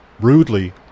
rudely